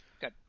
good